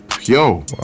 Yo